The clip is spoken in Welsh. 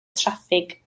traffig